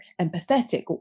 empathetic